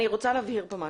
אני רוצה להבהיר פה משהו.